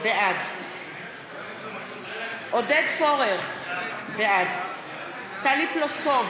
בעד עודד פורר, בעד טלי פלוסקוב,